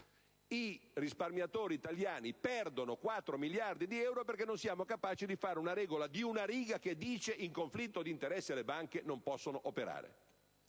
I risparmiatori italiani perdono 4 miliardi di euro perché non siamo capaci di fare una regola di una riga che stabilisca che in conflitto di interesse le banche non possono operare,